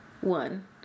one